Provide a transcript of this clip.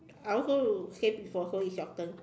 I also say before so it's your turn